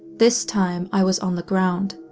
this time i was on the ground.